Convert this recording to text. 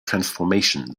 transformation